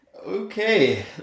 Okay